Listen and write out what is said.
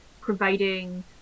providing